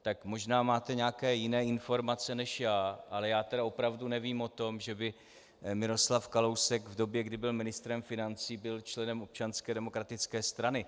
Tak možná máte nějaké jiné informace než já, ale já opravdu nevím o tom, že by Miroslav Kalousek v době, kdy byl ministrem financí, byl členem Občanské demokratické strany.